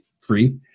free